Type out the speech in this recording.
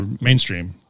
mainstream